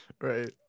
right